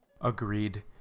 Agreed